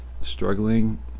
struggling